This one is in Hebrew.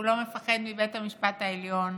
הוא לא מפחד מבית המפשט העליון.